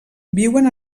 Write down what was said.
viuen